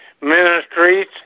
ministries